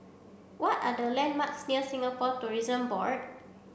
what are the landmarks near Singapore Tourism Board